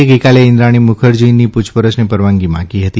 એ ગઇકાલે ઇન્દ્રાણી મુખર્જીની પૂછ રછની રવાનગી મા ગી હતી